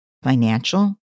Financial